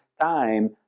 time